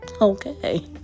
okay